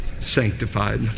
sanctified